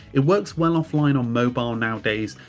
it works well offline on mobile nowadays.